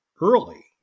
early